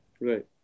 Right